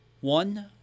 one